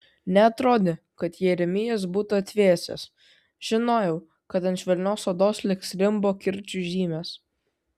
neatrodė kad jeremijas būtų atvėsęs žinojau kad ant švelnios odos liks rimbo kirčių žymės